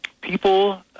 people